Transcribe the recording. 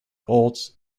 old